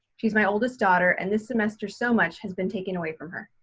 she's my oldest daughter and this semester so much has been taken away from her.